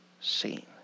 seen